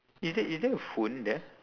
is there is there a phone there